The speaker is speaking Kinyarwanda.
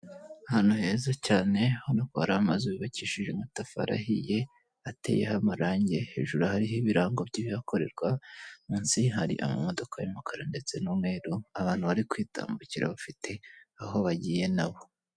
Ahantu heza cyane ubona ko hari amazu yubakishije amatafari ahiye, ateyeho amarangi, hejuru hariho ibirango by'ibihakorerwa, munsi hari amamodoka y'umukara ndetse n'umweru, abantu bari kwitambukira bafite aho bagiye nabo.